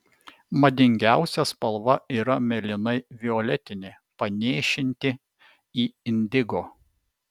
madingiausia spalva yra mėlynai violetinė panėšinti į indigo